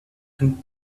ein